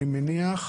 אני מניח.